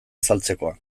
azaltzekoa